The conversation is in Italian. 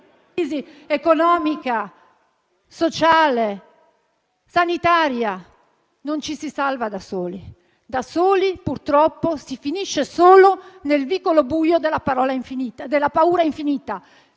crisi economica, sociale e sanitaria. Non ci si salva da soli. Da soli, purtroppo, si finisce solo nel vicolo buio della paura infinita.